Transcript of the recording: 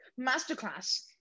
masterclass